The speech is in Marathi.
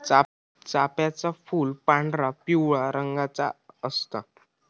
चाफ्याचा फूल पांढरा, पिवळ्या रंगाचा असता